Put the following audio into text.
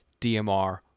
DMR